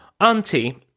Auntie